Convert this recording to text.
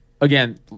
again